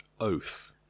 oath